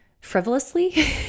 frivolously